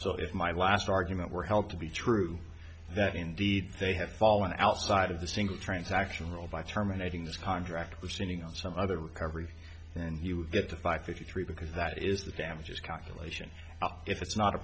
so if my last argument were held to be true that indeed they have fallen outside of the single transaction role by terminating this contract was sitting on some other recovery and you get the five fifty three because that is the damages calculation if it's not a